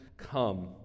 come